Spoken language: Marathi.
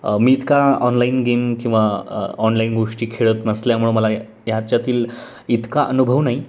मी इतका ऑनलाईन गेम किंवा ऑनलाईन गोष्टी खेळत नसल्यामुळं मला याच्यातील इतका अनुभव नाही